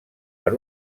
per